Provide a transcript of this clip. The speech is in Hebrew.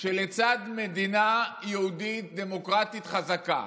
שלצד מדינה יהודית דמוקרטית חזקה